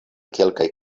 kelkaj